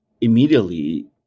Immediately